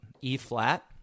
e-flat